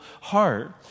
heart